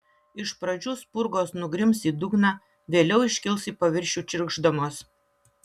iš pradžių spurgos nugrims į dugną vėliau iškils į paviršių čirkšdamos